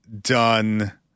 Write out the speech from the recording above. done